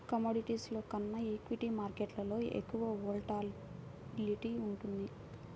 కమోడిటీస్లో కన్నా ఈక్విటీ మార్కెట్టులో ఎక్కువ వోలటాలిటీ ఉంటుంది